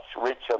richer